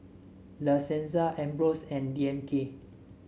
La Senza Ambros and D M K